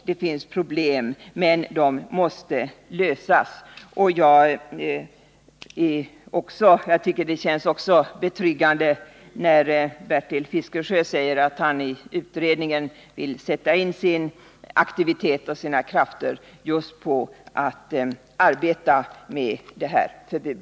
Det finns problem, men de måste lösas. Jag tycker att det känns betryggande när Bertil Fiskesjö säger att han i utredningen vill sätta in sin aktivitet och sina krafter just på att arbeta med ett sådant här förbud.